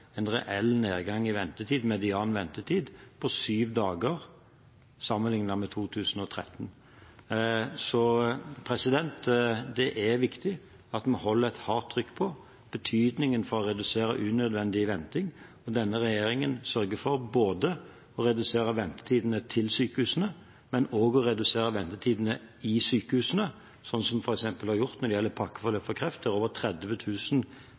en reell nedgang i median ventetid på syv dager sammenlignet med 2013. Det er viktig at vi holder et hardt trykk på betydningen av å redusere unødvendig venting. Denne regjeringen sørger for å redusere ventetidene til sykehusene, men også å redusere ventetidene i sykehusene, slik en f.eks. har gjort når det gjelder pakkeforløpet for kreft. Over